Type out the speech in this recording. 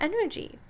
energy